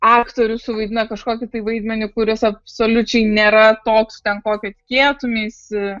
aktorius suvaidina kažkokį tai vaidmenį kuris absoliučiai nėra toks ten kokio tikėtumeisi